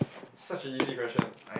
such a easy question